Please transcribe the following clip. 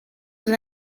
dans